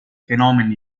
fenomeni